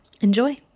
Enjoy